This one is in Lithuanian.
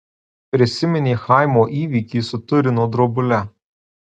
prisiminė chaimo įvykį su turino drobule